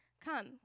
Come